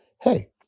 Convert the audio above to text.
hey